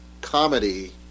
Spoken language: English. comedy